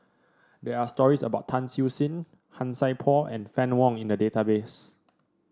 there are stories about Tan Siew Sin Han Sai Por and Fann Wong in the database